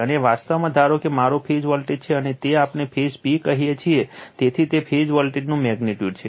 અને વાસ્તવમાં ધારો કે મારા ફેઝ વોલ્ટેજ છે તેને આપણે ફેઝ p કહીએ છીએ તેથી તે ફેઝ વોલ્ટેજનું મેગ્નિટ્યુડ છે